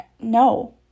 no